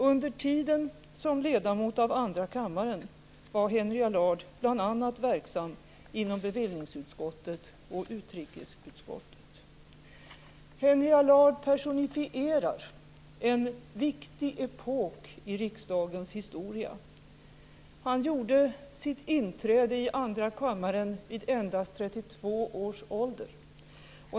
Under tiden som ledamot av andra kammaren var Henry Allard bl.a. verksam inom bevillningsutskottet och utrikesutskottet. Henry Allard personifierar en viktig epok i riksdagens historia. Han gjorde sitt inträde i andra kammaren vid endast 32 års ålder.